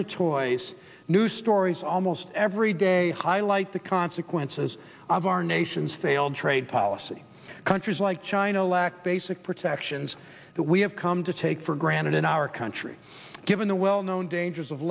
to toys new stories almost every day highlight the consequences of our nation's failed trade policy countries like china lack basic protections that we have come to take for granted in our country given the well known dangers of